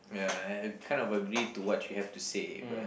ya I kind of agree to what you have to say but